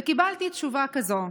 וקיבלתי תשובה כזאת: